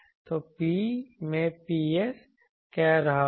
तो P मैं Ps कह रहा हूं